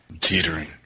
teetering